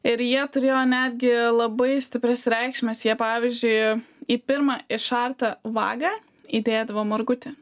ir jie turėjo netgi labai stiprias reikšmes jie pavyzdžiui į pirmą išartą vagą įdėdavo margutį